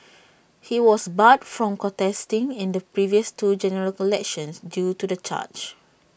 he was barred from contesting in the previous two general elections due to the charge